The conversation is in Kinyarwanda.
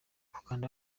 kanda